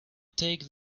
take